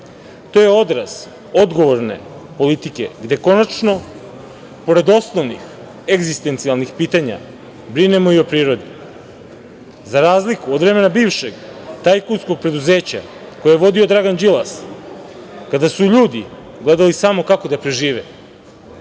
To je odraz odgovorne politike, gde konačno pored osnovnih egzistencijalnih pitanja brinemo o prirodi. Za razliku od vremena bivšeg tajkunskog preduzeća, koje je vodio Dragan Đilas, kada su ljudi gledali samo kako da prežive,